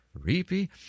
creepy